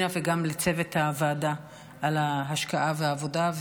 וגם לצוות הוועדה על ההשקעה והעבודה.